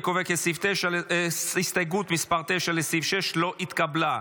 אני קובע כי הסתייגות 9 לסעיף 6 לא התקבלה.